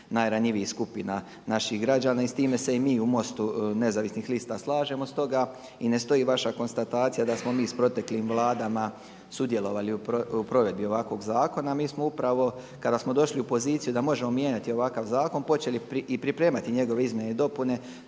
najranjivijih skupina naših građana i s time se i mi u MOST-u nezavisnih lista slažemo. Stoga ne stoji vaša konstatacija da smo mi s proteklim vladama sudjelovali u provedbi ovakvog zakona. Mi smo upravo kada smo došli u poziciju da možemo mijenjati ovakav zakon počeli i pripremati njegove izmjene i dopune.